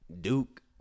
Duke